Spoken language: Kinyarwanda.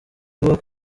ivuga